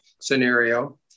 scenario